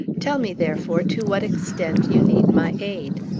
tell me, therefore, to what extent you need my aid.